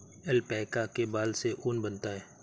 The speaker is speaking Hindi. ऐल्पैका के बाल से ऊन बनता है